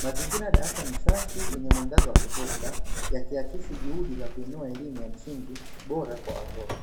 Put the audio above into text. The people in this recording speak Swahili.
mazingira darasani ni safi yenye mwangaza wa kutosha, yakiakisi juhudi za kuinua elimu ya msingi bora kwa watoto.